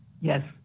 Yes